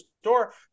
store